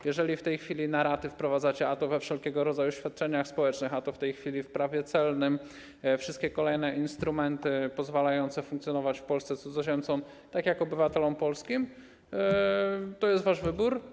Jeżeli w tej chwili na raty wprowadzacie - a to we wszelkiego rodzaju świadczeniach społecznych, a to w tej chwili w Prawie celnym - wszystkie kolejne instrumenty pozwalające funkcjonować w Polsce cudzoziemcom tak, jak obywatelom polskim, to jest wasz wybór.